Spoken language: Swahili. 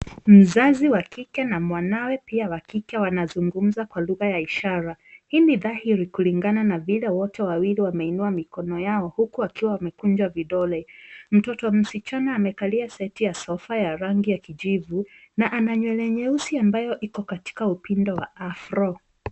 Mzazi wa kike na mwanawe pia wa kike wanazungumza kwa lugha ya ishara. Hii ni dhahiri kulingana na vile wote wawili wameinua mikono yao, huku akiwa amekunjwa vidole. Mtoto msichana amekalia seti ya sofa ya rangi ya kijivu, na ana nywele nyeusi ambayo iko katika upindo wa afro .